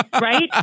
right